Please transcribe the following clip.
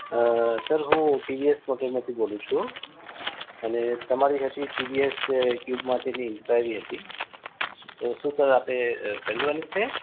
અ sir હું TVS મોટરમાંથી બોલું છું અને તમારે ત્યાંથી ટીવીએસ આઈક્યૂબ માટેની ઈન્ક્વાયરી હતી તો શું સર આપે ખરદીવાની છે